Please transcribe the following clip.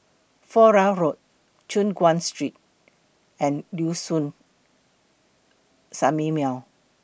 Flora Road Choon Guan Street and Liuxun Sanhemiao